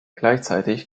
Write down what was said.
gleichzeitig